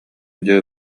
дьэ